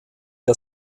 der